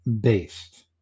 based